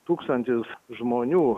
tūkstantis žmonių